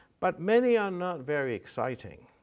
but many are not very exciting.